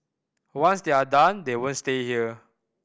once they are done they won't stay here